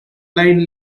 line